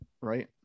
right